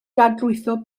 dadlwytho